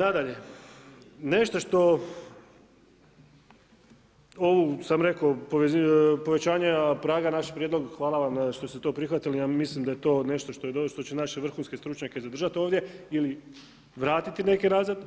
Nadalje, nešto što, ovu sam rekao, povećanje praga našeg prijedloga, hvala vam što ste to prihvatili, ja mislim da je to nešto što će naše vrhunske stručnjake zadržati ovdje ili vratiti neki ...